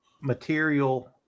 material